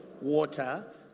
water